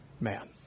man